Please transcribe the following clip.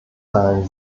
zahlen